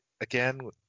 Again